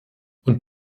und